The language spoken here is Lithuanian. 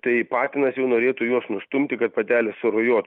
tai patinas jau norėtų juos nustumti kad patelė surujotų